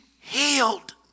healed